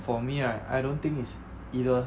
for me right I don't think it's either